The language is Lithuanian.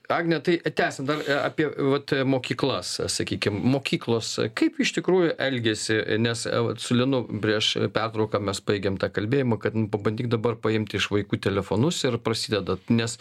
agne tai tęsiam dar apie vat mokyklas sakykim mokyklos kaip iš tikrųjų elgiasi nes vat su linu prieš pertrauką mes baigėm tą kalbėjimą kad nu pabandyk dabar paimt iš vaikų telefonus ir prasideda nes